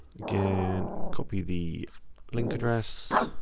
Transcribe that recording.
again, copy the link address,